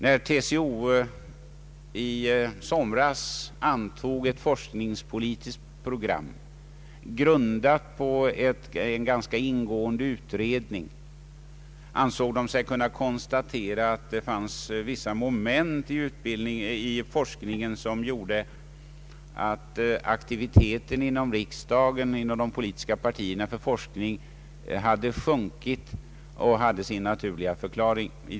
När TCO i somras antog ett forskningspolitiskt program, grundat på en ganska ingående utredning, ansåg man sig kunna konstatera att det fanns vissa moment i forskningen som gjorde att intresset och aktiviteten inom riksdagen och de politiska partierna för forskning hade sjunkit. Detta skulle alltså vara förklaringen.